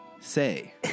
Say